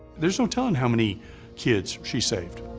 there's no telling how many kids she saved.